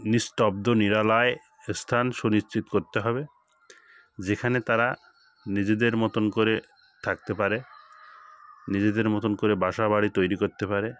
নিস্তব্ধ নিরলায় এস্থান সুনিশ্চিত করতে হবে যেখানে তারা নিজেদের মতন করে থাকতে পারে নিজেদের মতন করে বাসা বাড়ি তৈরি করতে পারে